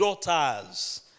daughters